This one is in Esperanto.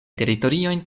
teritoriojn